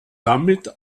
damit